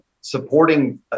supporting